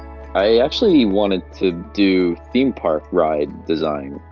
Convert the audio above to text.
i actually wanted to do theme park ride design,